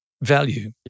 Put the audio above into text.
value